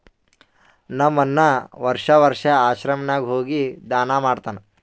ನಮ್ ಅಣ್ಣಾ ವರ್ಷಾ ವರ್ಷಾ ಆಶ್ರಮ ನಾಗ್ ಹೋಗಿ ದಾನಾ ಮಾಡ್ತಾನ್